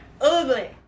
ugly